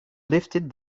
lifted